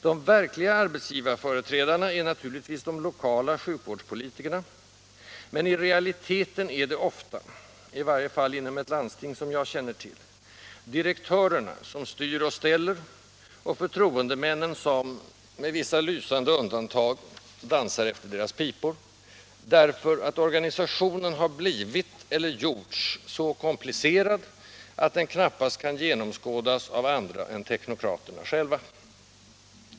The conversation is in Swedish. De verkliga arbetsgivarföreträdarna är naturligtvis de lokala sjukvårdspolitikerna, men i realiteten är det ofta — i varje fall inom ett landsting som jag känner till — ”direktörerna” som styr och ställer, och förtroendemännen som, med vissa lysande undantag, dansar efter deras pipor, därför att organisationen har blivit — eller gjorts? — så komplicerad att den knappast kan genomskådas av andra än teknokraterna själva.